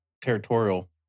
territorial